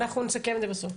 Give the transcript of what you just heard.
ואנחנו נסכם את זה בסוף,